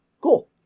Cool